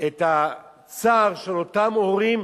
את הצער של אותם הורים,